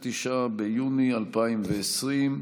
הישיבה.